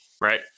right